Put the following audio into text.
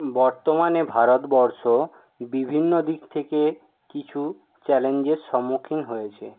বর্তমানে ভারতবর্ষ বিভিন্ন দিক থেকে কিছু চ্যালেঞ্জের সম্মুখীন হয়েছে